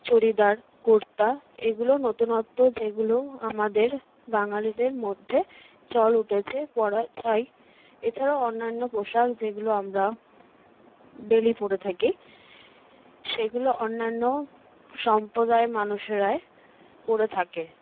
চুড়িদার কুর্তা এগুলো নতুনত্ব যেগুলো আমাদের বাঙালিদের মধ্যে চল উঠেছে পরা চাই এছাড়াও অন্যান্য পোশাক যেগুলো আমরা ডেলি পরে থাকি সেগুলো অন্যান্য সম্প্রদায়ের মানুষরা পরে থাকে